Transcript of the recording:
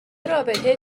رابطه